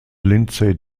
lindsay